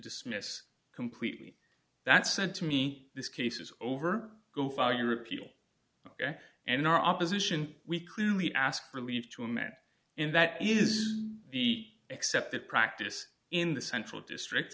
dismiss completely that said to me this case is over go file your appeal ok and our opposition we clearly ask you to amend in that is the accepted practice in the central district